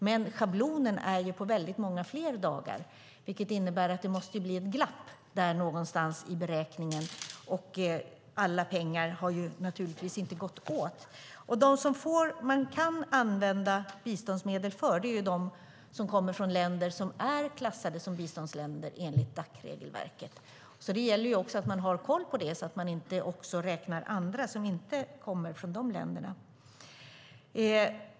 Men schablonen är på många fler dagar, vilket innebär att det måste bli ett glapp någonstans i beräkningen - och alla pengar har naturligtvis inte gått åt. Man kan använda biståndsmedel för dem som kommer från länder som är klassade som biståndsländer enligt Dacregelverket. Då gäller det att ha koll på det för att inte räkna andra som inte kommer från de länderna.